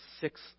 six